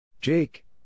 Jake